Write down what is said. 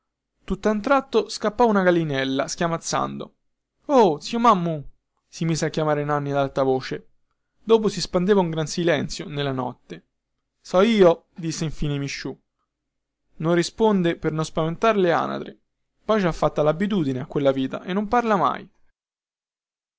tutta un tratto scappò una gallinella schiamazzando o zio mommu si mise a chiamare nanni ad alta voce dopo si spandeva un gran silenzio nella notte so io disse infine misciu non risponde per non spaventar le anatre poi ci ha fatta labitudine a quella vita e non parla mai